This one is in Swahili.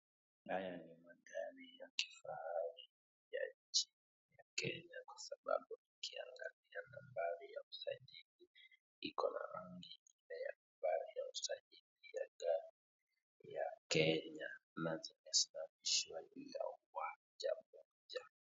Haya ni magari ya kifahari ya nchini Kenya kwa sababu ukiangalia iko na nambari ya usajili ya gari ya Kenya, na zimesimamishwa mojamoja.